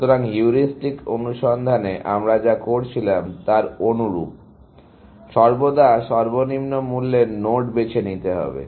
সুতরাং হিউরিস্টিক অনুসন্ধানে আমরা যা করছিলাম তার অনুরূপ সর্বদা সর্বনিম্ন মূল্যের নোড বেছে নিতে হবে